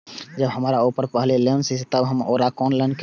जब हमरा ऊपर पहले से लोन ये तब हम आरो लोन केना लैब?